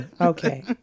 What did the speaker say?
Okay